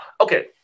okay